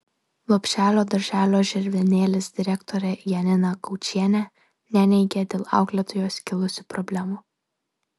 lopšelio darželio žilvinėlis direktorė janina gaučienė neneigia dėl auklėtojos kilusių problemų